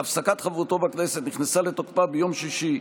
שהפסקת חברותו בכנסת נכנסה לתוקפה ביום שישי,